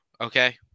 Okay